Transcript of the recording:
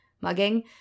mugging